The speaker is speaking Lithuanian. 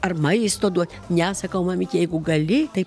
ar maisto duot ne sakau mamyte jeigu gali tai